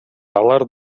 алар